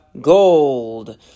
gold